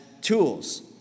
tools